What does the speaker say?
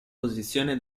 posizione